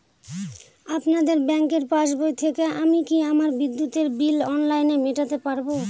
আপনাদের ব্যঙ্কের পাসবই থেকে আমি কি আমার বিদ্যুতের বিল অনলাইনে মেটাতে পারবো?